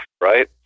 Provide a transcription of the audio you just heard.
right